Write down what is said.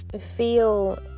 feel